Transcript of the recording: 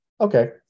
okay